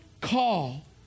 call